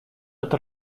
эта